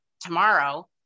tomorrow